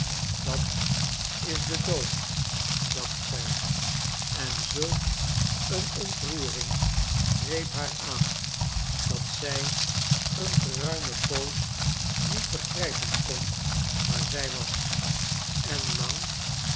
dat is de dood dacht zij en zulk een ontroering greep haar aan dat zij een geruime poos niet begrijpen kon waar zij was en lang